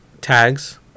tags